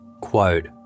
Quote